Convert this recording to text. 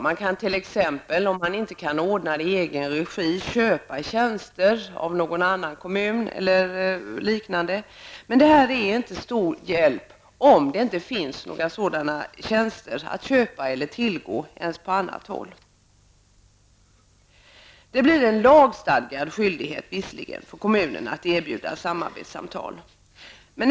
Går det inte att ordna det hela i egen regi kan man t.ex. köpa tjänster av någon annan kommun eller på annat sätt, men det är inte till stor hjälp om det inte finns några sådana tjänster att köpa eller tillgå på annat håll. Det blir visserligen en lagstadgad skyldighet för kommunerna att erbjuda samarbetssamtal.